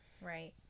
Right